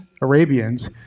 Arabians